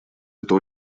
это